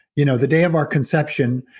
you know the day of our conception,